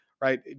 right